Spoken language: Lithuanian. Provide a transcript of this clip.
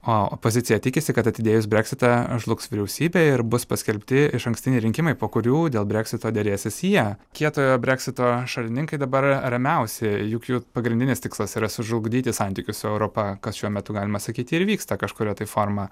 o opozicija tikisi kad atidėjus breksitą žlugs vyriausybė ir bus paskelbti išankstiniai rinkimai po kurių dėl breksito derėsis jie kietojo breksito šalininkai dabar ramiausi juk jų pagrindinis tikslas yra sužlugdyti santykius su europa kas šiuo metu galima sakyti ir vyksta kažkuria tai forma